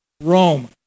Rome